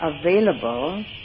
available